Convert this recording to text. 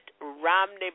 Romney